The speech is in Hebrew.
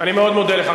אני מאוד מודה לך.